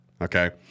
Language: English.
Okay